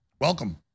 Welcome